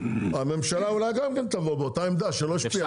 הממשלה גם כן תבוא באותה עמדה שלא השפיע,